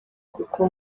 kuko